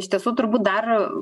iš tiesų turbūt dar